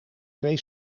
twee